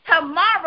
Tomorrow